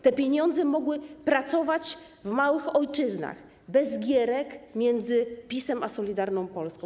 Te pieniądze mogły pracować w małych ojczyznach bez gierek między PiS-em a Solidarną Polską.